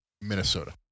Minnesota